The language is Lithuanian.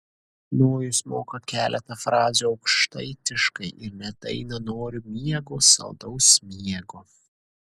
nojus moka keletą frazių aukštaitiškai ir net dainą noriu miego saldaus miego